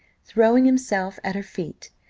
throwing himself at her feet,